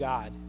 God